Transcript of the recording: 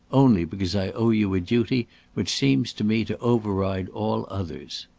only because i owe you a duty which seems to me to override all others.